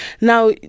now